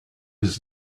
his